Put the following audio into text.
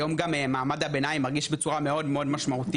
היום גם מעמד הביניים מרגיש בצורה מאוד משמעותית